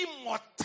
immortal